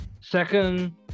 second